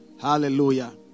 Hallelujah